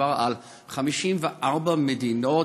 מדובר על 54 מדינות,